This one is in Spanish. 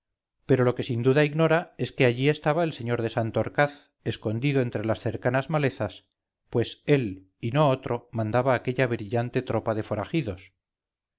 pero lo que sin duda ignora es que allí estaba el sr de santorcaz escondido entre las cercanas malezas pues ély no otro mandaba aquella brillante tropa de forajidos